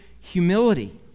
humility